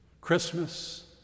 Christmas